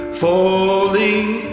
falling